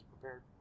prepared